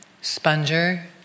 sponger